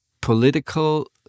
political